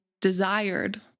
desired